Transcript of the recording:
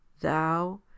Thou